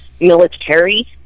military